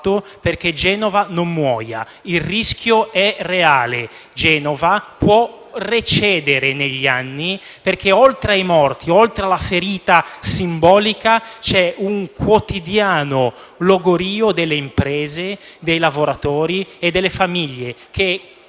Il rischio è reale: Genova può recedere negli anni, perché oltre ai morti, oltre alla ferita simbolica, c'è un quotidiano logorio delle imprese, dei lavoratori e delle famiglie.